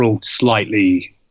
slightly